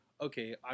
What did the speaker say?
okay